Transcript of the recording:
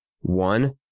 One